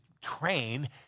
train